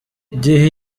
gihe